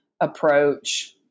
approach